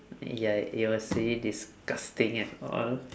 ya it was really disgusting and all